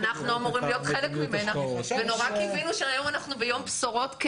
אנחנו אמורים להיות חלק ממנה וקיווינו מאוד שאנחנו היום ביום בשורות.